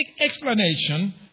explanation